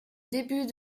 début